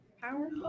power